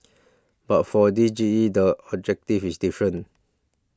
but for this G E the objective is different